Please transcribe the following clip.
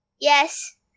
Yes